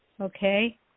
Okay